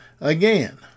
again